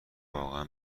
واقعا